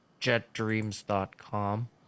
JetDreams.com